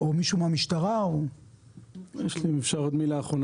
כבוד היושב-ראש, מילה אחרונה